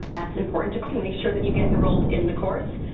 that's important to click and make sure that you get enrolled in the course.